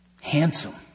handsome